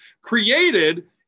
created